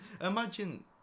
imagine